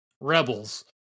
Rebels